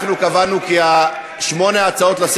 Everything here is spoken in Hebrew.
אנחנו קבענו כי שמונה ההצעות האלה